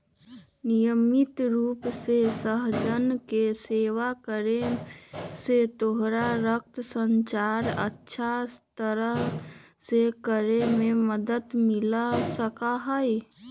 नियमित रूप से सहजन के सेवन करे से तोरा रक्त संचार अच्छा तरह से करे में मदद मिल सका हई